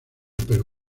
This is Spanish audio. pero